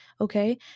okay